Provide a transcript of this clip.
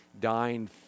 dying